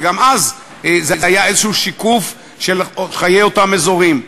וגם אז זה היה איזה שיקוף של חיי אותם אזורים.